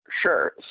Sure